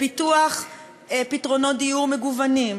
לפיתוח פתרונות דיור מגוונים,